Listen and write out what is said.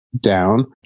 Down